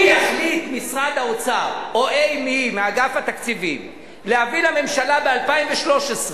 אם יחליט משרד האוצר או אי מי מאגף התקציבים להביא לממשלה ב-2013,